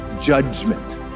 judgment